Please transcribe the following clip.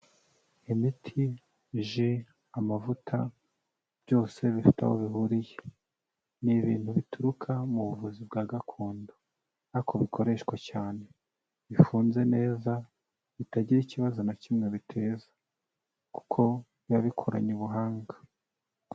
Imiti, ji, amavuta, byose bifite aho bihuriye. Ni ibintu bituruka mu buvuzi bwa gakondo. Ariko bikoreshwa cyane. Bifunze neza bitagira ikibazo na kimwe biteza, kuko biba bikoranye ubuhanga.